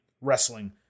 wrestling